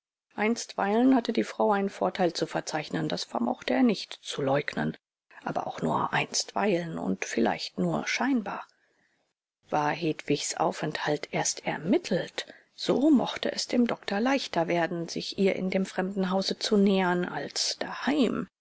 einstweilen hatte die frau einen vorteil zu verzeichnen das vermochte er nicht zu leugnen aber auch nur einstweilen und vielleicht nur scheinbar war hedwigs aufenthalt erst ermittelt so mochte es dem doktor leichter werden sich ihr in dem fremden hause zu nähern als daheim